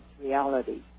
reality